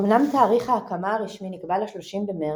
אמנם תאריך ההקמה הרשמי נקבע ל-30 במרץ,